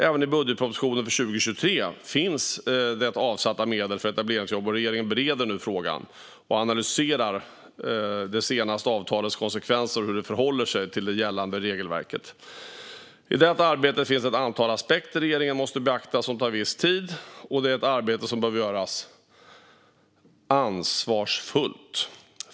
I budgetpropositionen för 2023 finns det avsatta medel för etableringsjobb, och regeringen bereder nu frågan och analyserar det senaste avtalets konsekvenser och hur det förhåller sig till gällande regelverk. I det arbetet finns ett antal aspekter som regeringen måste beakta och som tar viss tid, och detta arbete behöver göras ansvarsfullt.